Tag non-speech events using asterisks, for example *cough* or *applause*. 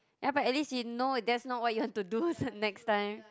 ya but at least you know there's not what you have to do *breath* the next time